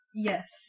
Yes